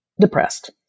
depressed